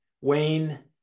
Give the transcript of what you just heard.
Wayne